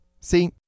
See